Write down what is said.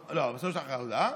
לא, הוא לא שלח אליך הודעה,